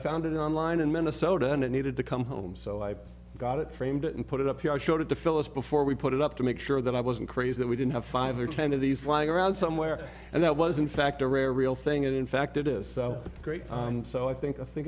found it online in minnesota and it needed to come home so i got it framed it and put it up here i showed it to phyllis before we put it up to make sure that i wasn't crazy that we didn't have five or ten of these lying around somewhere and that was in fact a rare real thing and in fact it is so great and so i think i think